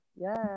Yes